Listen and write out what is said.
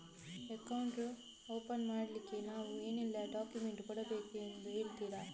Account open ಮಾಡ್ಲಿಕ್ಕೆ ನಾವು ಏನೆಲ್ಲ ಡಾಕ್ಯುಮೆಂಟ್ ಕೊಡಬೇಕೆಂದು ಹೇಳ್ತಿರಾ?